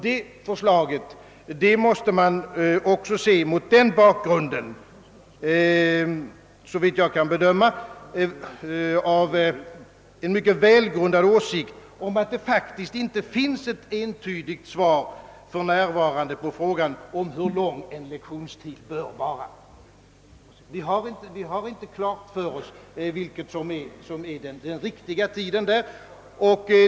Det förslaget måste man också se mot bak grunden av en mycket välgrundad åsikt om att det för närvarande faktiskt inte finns ett entydigt svar på frågan om hur lång en lektionstid bör vara. Vi har inte klart för oss vad som skall vara den lämpligaste tiden.